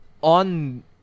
on